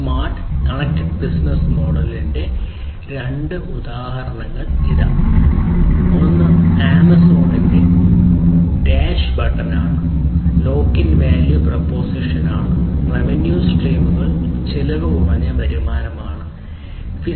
smart connected business മോഡലിന്റെ രണ്ട് ഉദാഹരണങ്ങൾ ഇതാ ഒന്ന് ആമസോണിന്റെ ഡാഷ് ബട്ടൺ ആണ് ലോക്ക് ഇൻ വാല്യൂ പ്രൊപ്പോസിഷൻ ആണ് റവന്യൂ സ്ട്രീമുകൾ കുറഞ്ഞ ചിലവ് വരുമാന സ്ട്രീമുകളാണ്